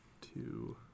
Two